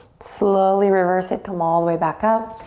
slowly reverse it, come all the way back up,